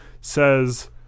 says